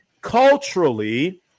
culturally